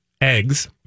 Eggs